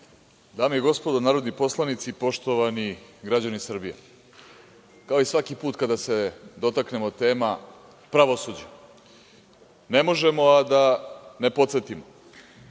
vam. Dame i gospodo narodni poslanici, poštovani građani Srbije, kao i svaki put kada se dotaknemo tema pravosuđa, ne možemo a da ne podsetimo,